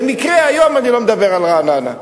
במקרה, היום, אני לא מדבר על רעננה.